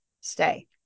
stay